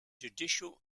judicial